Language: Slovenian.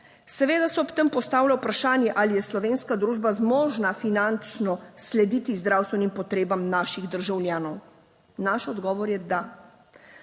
Seveda se ob tem postavlja vprašanje ali je slovenska družba zmožna finančno slediti zdravstvenim potrebam naših državljanov. Naš odgovor je da.